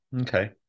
Okay